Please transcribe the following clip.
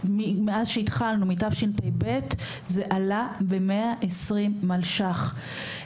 מאז שהתחלנו, מ-תשפ"ב זה עלה ב-120 מיליון ש"ח.